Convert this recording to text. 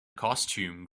costume